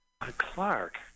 Clark